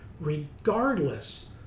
regardless